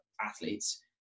athletes